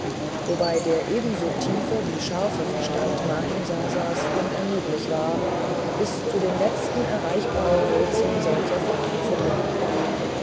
wobei der ebenso tiefe wie scharfe verstand mahimsasas unermüdlich war bis zu den letzten erreichbaren wurzeln solcher fragen zu dringen